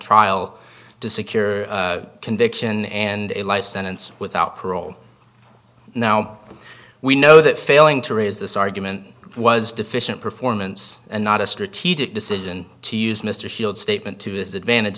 trial to secure a conviction and a life sentence without parole now we know that failing to raise this argument was deficient performance and not a strategic decision to use mr shield statement to his advantage